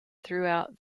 throughout